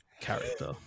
character